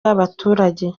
y’abaturage